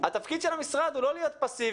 התפקיד של המשרד הוא לא להיות פסיבי,